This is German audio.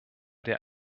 der